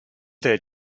their